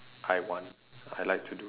I want I like to do